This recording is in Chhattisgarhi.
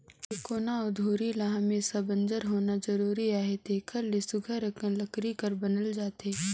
टेकोना अउ धूरी ल हमेसा बंजर होना जरूरी अहे तेकर ले सुग्घर अकन लकरी कर बनाल जाथे